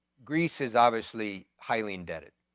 greece is obviously highly indebted.